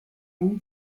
own